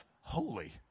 holy